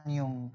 yung